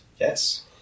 yes